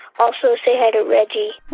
also, say hi to reggie